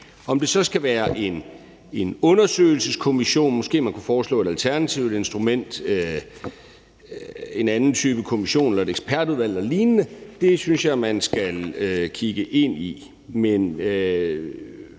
Om det så skal være en undersøgelseskommission, eller om man måske kunne foreslå et alternativt instrument, en anden type kommission eller et ekspertudvalg eller lignende, synes jeg, man skal kigge ind i.